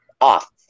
off